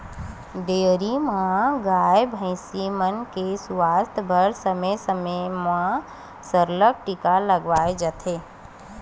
dairy म गाय, भइसी मन के सुवास्थ बर समे समे म सरलग टीका लगवाए जाथे